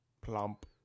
plump